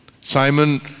Simon